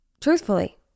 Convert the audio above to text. Truthfully